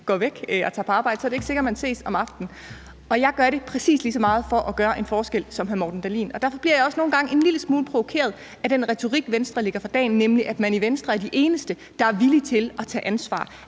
når mor tager på arbejde, er det ikke sikkert, man ses om aftenen. Og jeg gør det præcis lige så meget for at gøre en forskel som hr. Morten Dahlin. Derfor bliver jeg også nogle gange en lille smule provokeret af den retorik, Venstre lægger for dagen, nemlig når man siger, at man i Venstre er de eneste, der er villige til at tage ansvar,